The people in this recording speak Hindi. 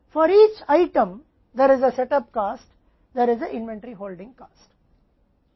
प्रत्येक आइटम के लिए एक सेट अप लागत है एक इन्वेंट्री होल्डिंग लागत सही है